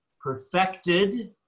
perfected